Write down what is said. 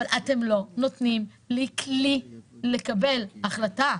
אבל אתם לא נותנים לי כלי לקבל החלטה.